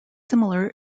similar